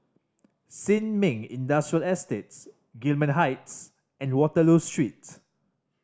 Sin Ming Industrial Estates Gillman Heights and Waterloo Street